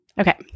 Okay